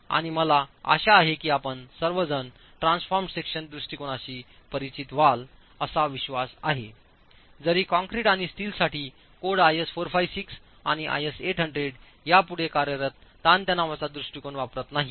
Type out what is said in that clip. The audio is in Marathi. आणि मला आशा आहे की आपण सर्वजण ट्रान्सफॉर्म्ड सेक्शन दृष्टिकोनांशी परिचित व्हाल असा विश्वास आहे जरी कंक्रीट आणि स्टीलसाठी कोड IS 456 आणि IS 800 यापुढे कार्यरत ताणतणावाचा दृष्टीकोन वापरत नाहीत